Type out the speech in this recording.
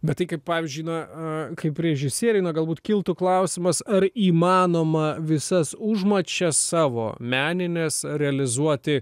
bet tai kaip pavyzdžiui na kaip režisieriai na galbūt kiltų klausimas ar įmanoma visas užmačias savo menines realizuoti